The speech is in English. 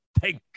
Thank